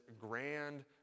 grand